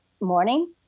morning